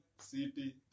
city